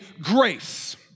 grace